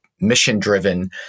mission-driven